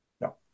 No